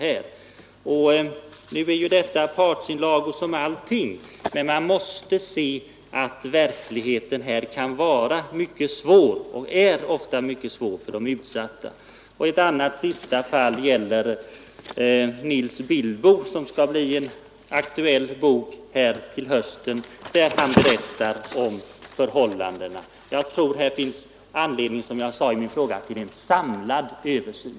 Även Nils Billsbo berättar i sin och Arne Lindgrens bok ”Nils Billsbo — alkoholist” om liknande förhållanden, bl.a. om hur genomgående negativa och ryktesbetonade de officiella skriverierna om ”fallet” patienten kan vara. Nu är detta liksom allt annat partsinlagor, men man måste säga att verkligheten här ofta är mycket svår för de utsatta. Jag betonar att det finns all anledning till en samlad översyn.